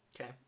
Okay